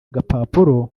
agapapuro